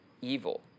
evil